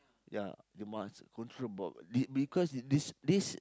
ya you must control about be because this this